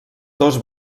dos